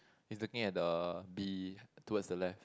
is looking at the bee towards the left